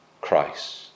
Christ